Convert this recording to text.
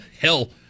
hell